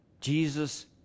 Jesus